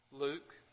Luke